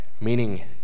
meaning